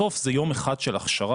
בסוף זה יום אחד של הכשרה.